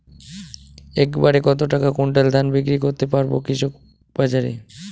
এক বাড়ে কত কুইন্টাল ধান বিক্রি করতে পারবো কৃষক বাজারে?